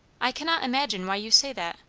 i cannot imagine why you say that,